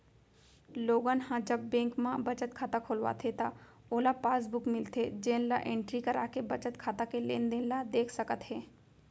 लोगन ह जब बेंक म बचत खाता खोलवाथे त ओला पासबुक मिलथे जेन ल एंटरी कराके बचत खाता के लेनदेन ल देख सकत हे